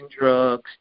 drugs